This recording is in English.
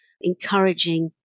encouraging